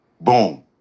Boom